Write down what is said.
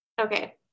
Okay